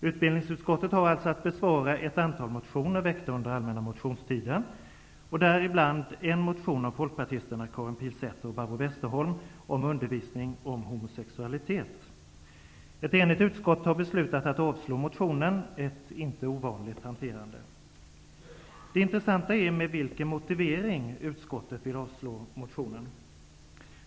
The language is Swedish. Utbildningsutskottet har alltså att behandla ett antal motioner väckta under allmänna motionstiden, och däribland en motion av folkpartisterna Karin Pilsäter och Barbro Ett enigt utskott har beslutat att avstyrka motionen, ett inte ovanligt hanterande. Det intressanta är med vilken motivering utskottet avstyrker motionen.